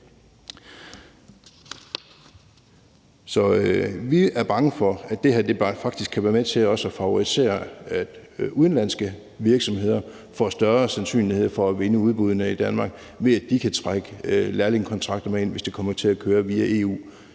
vi er bange for, at det her faktisk bare kan være med til at favorisere, at udenlandske virksomheder får større sandsynlighed for at vinde udbud i Danmark, ved at de kan trække lærlingekontrakter med ind, hvis det kommer til at køre via EU,